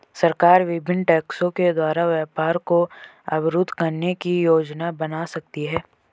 सरकार विभिन्न टैक्सों के द्वारा व्यापार को अवरुद्ध करने की योजना बना सकती है